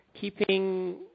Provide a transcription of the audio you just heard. keeping